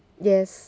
yes